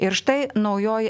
ir štai naujoji